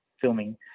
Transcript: filming